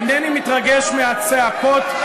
אינני מתרגש מהצעקות.